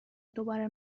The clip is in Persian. دوباره